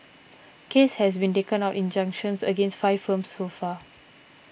case has been taken out injunctions against five firms so far